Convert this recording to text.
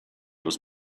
was